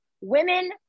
Women